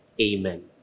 Amen